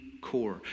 core